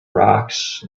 rocks